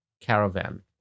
caravan